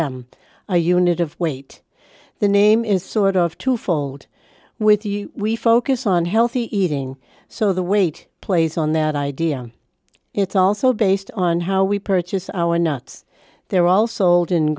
m a unit of weight the name is sort of twofold with you we focus on healthy eating so the weight plays on that idea it's also based on how we purchase our nuts they're also